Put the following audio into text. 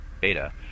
beta